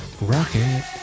rocket